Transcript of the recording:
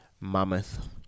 Mammoth